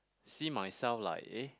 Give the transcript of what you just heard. see myself like eh